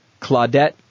Claudette